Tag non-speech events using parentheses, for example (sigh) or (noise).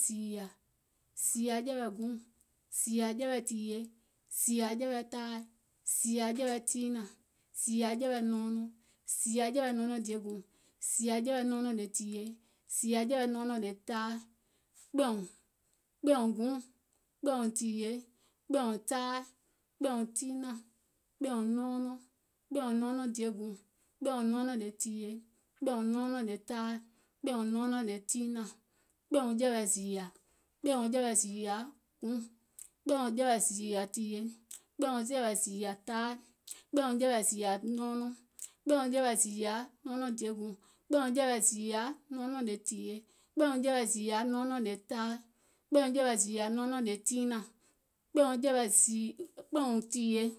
zììyȧ, zììyȧ jɛ̀wɛ̀ guùŋ, zììyȧ jɛ̀wɛ̀ tìyèe, zììyȧ jɛ̀wɛ̀ taai, zììyȧ jɛ̀wɛ̀ tiinȧŋ, zììyȧ jɛ̀wɛ̀ nɔɔnɔŋ, zììyȧ jɛ̀wɛ̀ nɔɔnɔŋ diè guùŋ, zììyȧ jɛ̀wɛ̀ nɔɔnɔŋ lè tìyèe, zììyà jɛ̀wɛ̀ le taai, zììyà jɛ̀wɛ̀ nɔɔnɔŋ le tiinȧŋ, kpɛ̀ɛ̀ùŋ. (unintelligible)